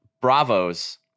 bravos